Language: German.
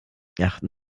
achten